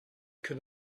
can